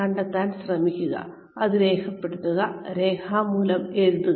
കണ്ടെത്താൻ ശ്രമിക്കുക അത് രേഖപ്പെടുത്തുക രേഖാമൂലം എഴുതുക